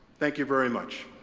thank you very much.